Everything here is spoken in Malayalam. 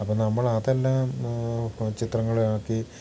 അപ്പോൾ നമ്മളതെല്ലാം ചിത്രങ്ങളാക്കി